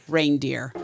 Reindeer